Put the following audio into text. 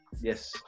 yes